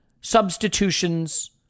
substitutions